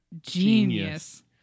Genius